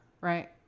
Right